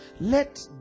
Let